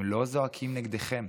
הם לא זועקים נגדכם.